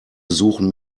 besuchen